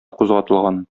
кузгатылган